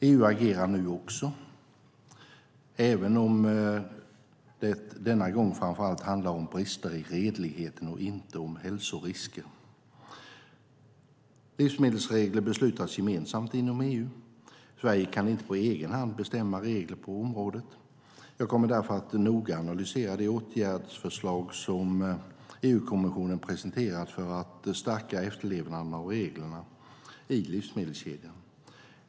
EU agerar också nu, även om det denna gång framför allt handlar om brister i redligheten och inte om hälsorisker. Livsmedelsregler beslutas gemensamt inom EU. Sverige kan inte på egen hand bestämma regler på det området. Jag kommer därför att noga analysera de åtgärdsförslag som EU-kommissionen presenterat för att stärka efterlevnaden av reglerna i livsmedelskedjan.